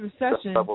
recession